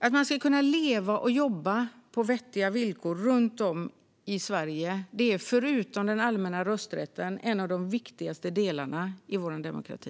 Att man ska kunna leva och jobba på vettiga villkor runt om i Sverige är förutom den allmänna rösträtten en av de viktigaste delarna i vår demokrati.